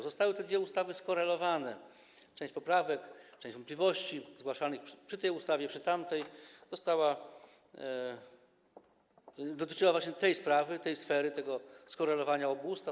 Zostały te dwie ustawy skorelowane - część poprawek, część wątpliwości zgłaszanych przy tej ustawie i przy tamtej dotyczyła właśnie tej sprawy, tej sfery, tego skorelowania obu ustaw.